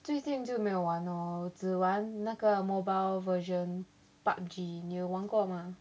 最近就没有玩我只玩那个 mobile version PUBG 你有玩过吗